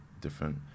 different